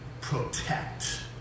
Protect